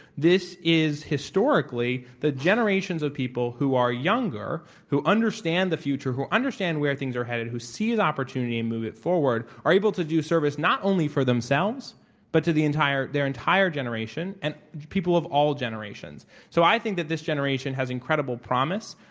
this is historically the generations of people who are younger, who understand the future, who understand where things are headed, who see an opportunity and move it forward, are able to do service not only for themselves but to the entire their entire generation and people of all generations. so i think that this generation has incredible promise,